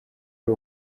ari